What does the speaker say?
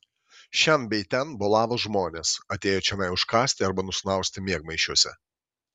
šen bei ten bolavo žmonės atėję čionai užkąsti arba nusnausti miegmaišiuose